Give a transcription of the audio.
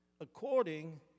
according